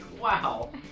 Wow